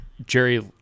Jerry